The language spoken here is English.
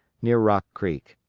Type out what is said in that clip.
near rock creek.